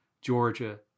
Georgia